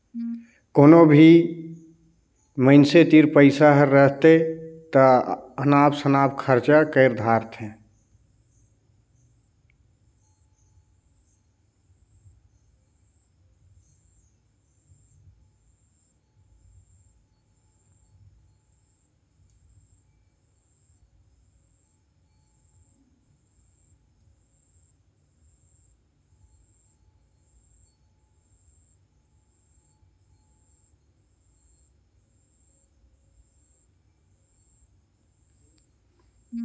कोनो भी मइनसे तीर पइसा हर रहथे ता अनाप सनाप खरचा कइर धारथें